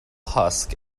husk